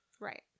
Right